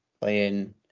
playing